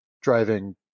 driving